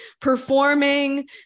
performing